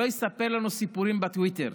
שלא יספר לנו סיפורים בטוויטר.